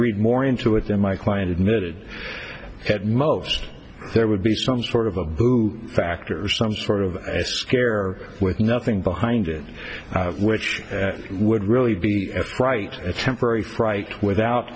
read more into it than my client admitted at most there would be some sort of a boo factors some sort of scare with nothing behind it which would really be a fright a temporary fright without